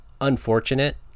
unfortunate